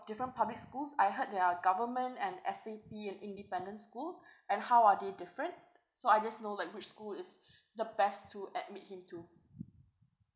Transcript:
different public schools I heard there are government and S_A_P and independent schools and how are they different so I just know like which school is the best to admit him to